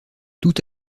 tout